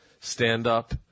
stand-up